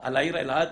על העיר אלעד,